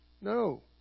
No